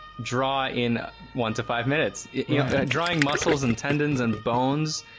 draw in one to five minutes, you know drawing muscles and tendons and bones